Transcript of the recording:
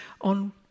on